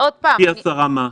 פי 10 מה?